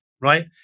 right